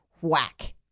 Whack